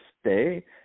stay